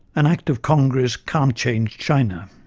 an act of congress cannot change china.